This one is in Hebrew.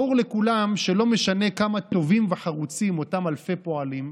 ברור לכולם שלא משנה כמה טובים וחרוצים אותם אלפי פועלים,